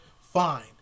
fine